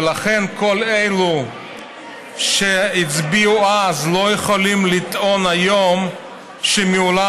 ולכן כל אלה שהצביעו אז לא יכולים לטעון היום שמעולם